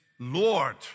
Lord